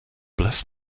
bless